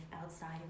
outside